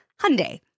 Hyundai